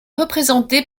représenté